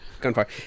Gunfire